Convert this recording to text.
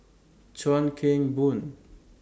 Chuan Keng Boon